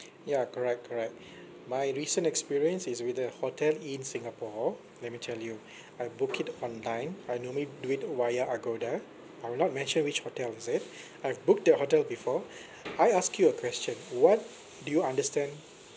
ya correct correct my recent experience is with a hotel in singapore let me tell you I book it online I normally do it via Agoda I will not mention which hotel is it I've booked that hotel before I ask you a question what do you understand